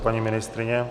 Paní ministryně?